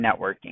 networking